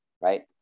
right